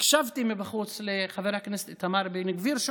הקשבתי מבחוץ לחבר הכנסת איתמר בן גביר,